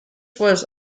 was